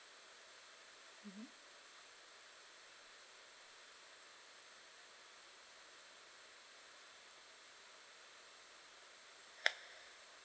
mmhmm